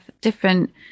different